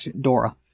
Dora